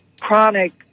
chronic